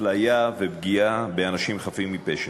אפליה ופגיעה באנשים חפים מפשע.